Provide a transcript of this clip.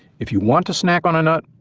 if you want to snack on a nut,